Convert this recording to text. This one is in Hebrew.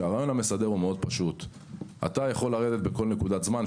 שהרעיון המסדר בו הוא פשוט מאוד: אתה יכול לרדת בכל נקודת זמן,